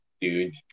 dude